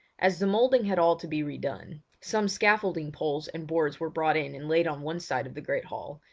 as the moulding had all to be re-done, some scaffolding poles and boards were brought in and laid on one side of the great hall,